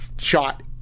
shot